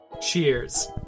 cheers